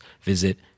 visit